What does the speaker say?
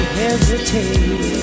hesitate